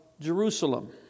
Jerusalem